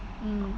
mm